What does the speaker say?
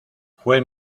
fue